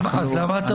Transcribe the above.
אז למה אתה בא?